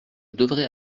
devrais